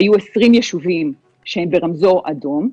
היו 20 יישובים שהם ברמזור אדום,